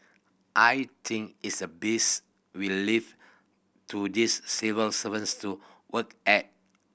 I think it's the best we leave to this civil servants to work at